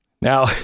Now